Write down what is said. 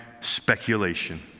speculation